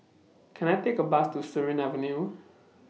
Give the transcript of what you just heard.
Can I Take A Bus to Surin Avenue